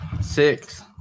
Six